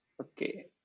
Okay